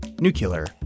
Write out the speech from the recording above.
Nuclear